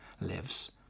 lives